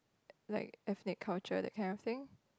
like ethnic culture that kind of thing